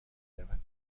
رود